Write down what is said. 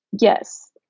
Yes